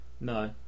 no